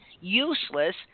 useless